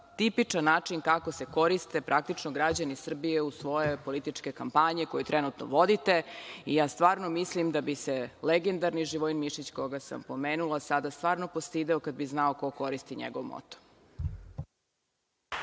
tipičan način kako se koriste praktično građani Srbije u svoje političke kampanje koje trenutno vodite. Ja stvarno mislim da bi se legendarni Živojin Mišić, koga sam pomenula, sada stvarno postideo kada bi znao ko koristi njegov moto.